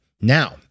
Now